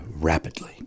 rapidly